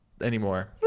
anymore